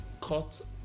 Cut